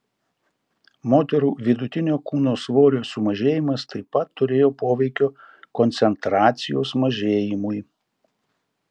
moterų vidutinio kūno svorio sumažėjimas taip pat turėjo poveikio koncentracijos mažėjimui